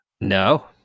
No